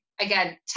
again